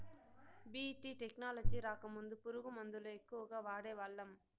BT technology రాకముందు పురుగు మందుల ఎక్కువగా వాడేవాళ్ళం